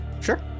Sure